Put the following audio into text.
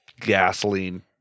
gasoline